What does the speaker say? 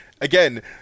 again